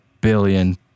billion